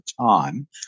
time